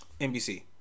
NBC